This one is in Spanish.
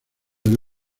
del